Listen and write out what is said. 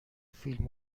فیلم